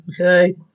okay